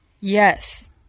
Yes